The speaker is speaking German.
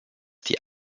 die